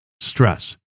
stress